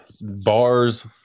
Bars